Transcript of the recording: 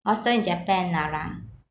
I was still in japan nara